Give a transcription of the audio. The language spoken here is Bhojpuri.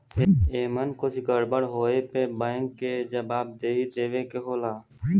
एमन कुछ गड़बड़ होए पे बैंक के जवाबदेही देवे के होला